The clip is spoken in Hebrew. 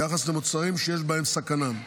ביחס למוצרים שיש בהם סכנה,